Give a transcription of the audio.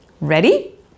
ready